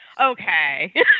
okay